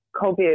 COVID